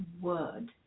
word